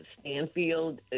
Stanfield